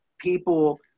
People